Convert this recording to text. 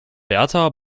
berta